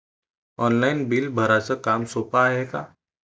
Online bill भराच काम सोपं हाय का?